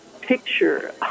picture